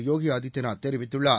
யோகிஆதித்பநாத் தெரிவித்துள்ளார்